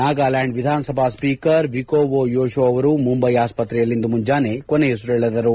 ನಾಗಾಲ್ಡಾಂಡ್ ವಿಧಾನಸಭಾ speaker Vikho Yoshu ಅವರು ಮುಂಬೈ ಆಸ್ವತ್ತೆಯಲ್ಲಿಂದು ಮುಂಜಾನೆ ಕೊನೆಯುಸಿರೆಳೆದರು